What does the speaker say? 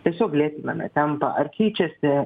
tiesiog lėtiname tempą ar keičiasi